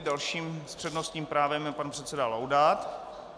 Dalším s přednostním právem je pan předseda Laudát.